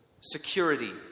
security